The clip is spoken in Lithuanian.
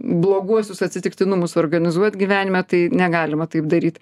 bloguosius atsitiktinumus organizuot gyvenime tai negalima taip daryt